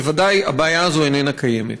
בוודאי הבעיה הזאת איננה קיימת.